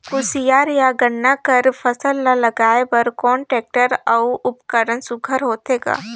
कोशियार या गन्ना कर फसल ल लगाय बर कोन टेक्टर अउ उपकरण सुघ्घर होथे ग?